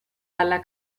dalla